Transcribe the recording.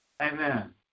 Amen